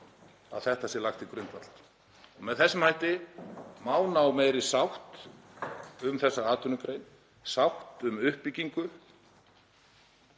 að þetta sé lagt til grundvallar. Með þessum hætti má ná meiri sátt um þessa atvinnugrein, sátt um uppbyggingu,